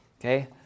Okay